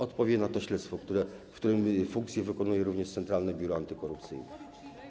Odpowie na to śledztwo, w którym funkcje wykonuje również Centralne Biuro Antykorupcyjne.